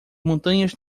montanhas